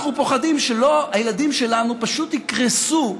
אנחנו פוחדים שהילדים שלנו פשוט יקרסו,